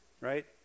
right